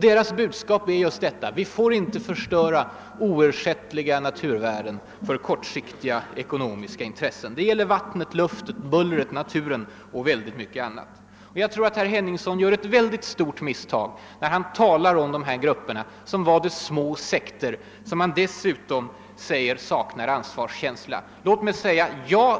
Deras budskap är att vi inte får förstöra oersättliga naturvärden för att tillgodose kortsiktiga ekonomiska intressen. Det gäller miljöfaktorer som vattnet, luften, bullret, naturen och mycket annat. Herr Henningsson gör ett stort misstag när han talar om de här människorna som om de vore små sekter som dessutom skulle sakna »ansvarskänsla». Jag